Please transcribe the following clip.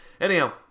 anyhow